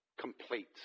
Complete